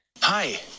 Hi